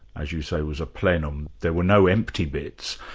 as you say, was a plenum, there were no empty bits,